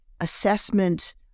assessment